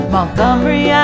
Montgomery